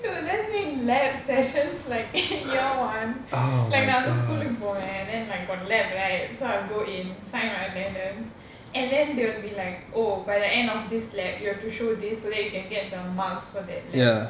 dude that's make lab sessions like in year one like my other school look boring and then like got lab right so I'll go in sign my attendance and then they'll be like oh by the end of this lab you have to show this so that you can get the marks for that lab